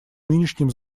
нынешним